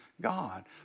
God